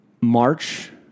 March